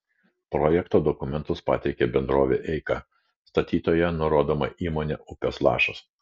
projekto dokumentus pateikė bendrovė eika statytoja nurodoma įmonė upės lašas